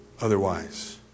otherwise